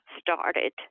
started